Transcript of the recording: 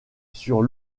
sur